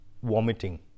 vomiting